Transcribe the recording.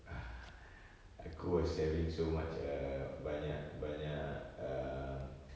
ah aku was having so much err banyak banyak um